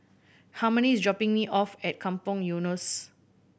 harmony is dropping me off at Kampong Eunos